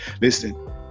Listen